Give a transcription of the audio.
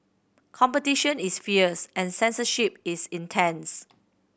competition is fierce and censorship is intense